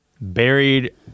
buried